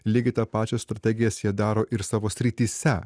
lygiai tą pačią strategijas jie daro ir savo srityse